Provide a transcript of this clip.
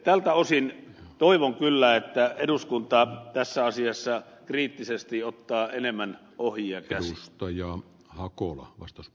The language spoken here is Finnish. tältä osin toivon kyllä että eduskunta tässä asiassa kriittisesti ottaa enemmän ohjia käsiin